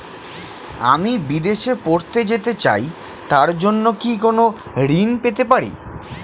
আমি বিদেশে পড়তে যেতে চাই তার জন্য কি কোন ঋণ পেতে পারি?